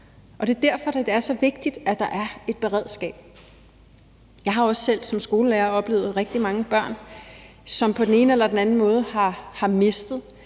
og det er derfor, det er så vigtigt, at der er et beredskab. Jeg har også selv som skolelærer oplevet rigtig mange børn, som på den ene eller den anden måde har mistet,